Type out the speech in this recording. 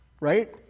right